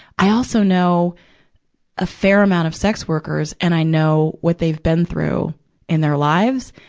i also know a fair amount of sex workers, and i know what they've been through in their lives,